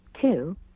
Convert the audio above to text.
two